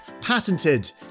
patented